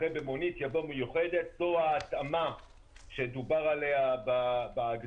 אחרי "במונית" יבוא "מיוחדת";" זו ההתאמה שדובר עליה בהגדרות.